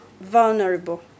vulnerable